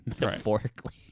metaphorically